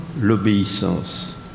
l'obéissance